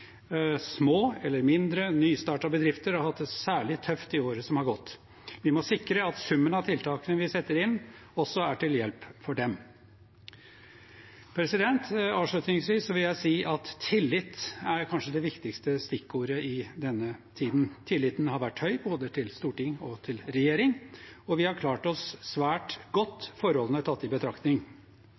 små eller mindre, nystartede bedrifter har hatt det særlig tøft i året som har gått. Vi må sikre at summen av tiltakene vi setter inn, også er til hjelp for dem. Avslutningsvis vil jeg si at tillit er kanskje det viktigste stikkordet i denne tiden. Tilliten har vært høy, både til Stortinget og til regjeringen, og vi har klart oss svært godt, forholdene tatt i betraktning.